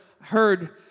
heard